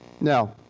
Now